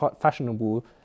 fashionable